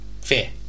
Fair